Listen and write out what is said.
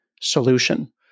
solution